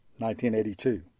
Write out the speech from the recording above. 1982